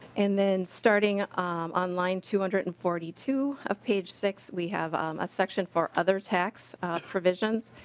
and then starting on line two hundred and forty two of page six we have a section for other tax provisions.